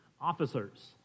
officers